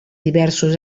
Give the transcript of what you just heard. diversos